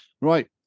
right